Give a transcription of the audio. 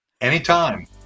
Anytime